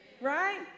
Right